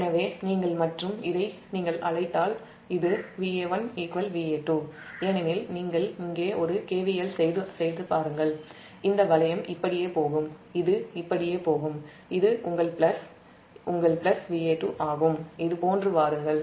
எனவே இதை நீங்கள் அழைத்தால் இது Va1 Va2 ஏனெனில் நீங்கள் இங்கே ஒரு KVL செய்தால் பாருங்கள் இந்த வளையம் இப்படியே போகும் இது இப்படியே போகும் இது உங்கள் பிளஸ் Va2 ஆகும் இதுபோன்று வாருங்கள் Va1 0